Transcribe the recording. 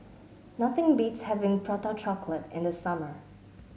nothing beats having Prata Chocolate in the summer